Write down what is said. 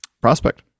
prospect